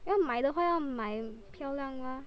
要买的话要买漂亮吗